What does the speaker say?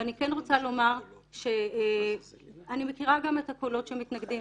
ואני כן רוצה לומר שאני מכירה גם את הקולות שמתנגדים,